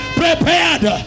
prepared